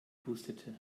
hustete